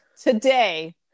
Today